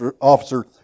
officer